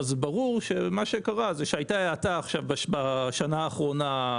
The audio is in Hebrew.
ברור שמה שקרה זה שהייתה עכשיו האטה בשנה האחרונה,